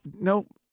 nope